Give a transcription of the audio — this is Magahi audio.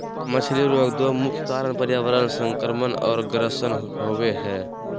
मछली रोग दो मुख्य कारण पर्यावरण संक्रमण और ग्रसन होबे हइ